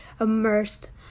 immersed